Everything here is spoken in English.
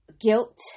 guilt